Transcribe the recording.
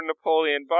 Napoleon